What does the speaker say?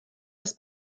das